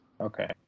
Okay